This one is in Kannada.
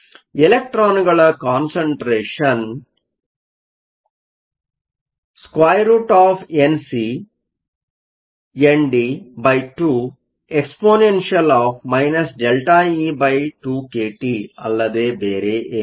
ಎಲೆಕ್ಟ್ರಾನ್ಗಳ ಕಾನ್ಸಂಟ್ರೇಷನ್ √Nc ND2 exp-ΔE2kT ಅಲ್ಲದೇ ಬೇರೆನೂ ಅಲ್ಲ